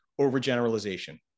Overgeneralization